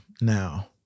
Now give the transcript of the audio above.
now